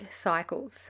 cycles